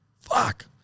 fuck